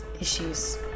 issues